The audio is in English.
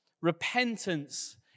repentance